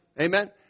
Amen